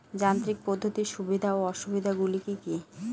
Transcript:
যান্ত্রিক পদ্ধতির সুবিধা ও অসুবিধা গুলি কি কি?